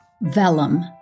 Vellum